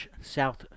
South